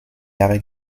jahre